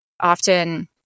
often